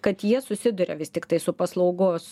kad jie susiduria vis tiktai su paslaugos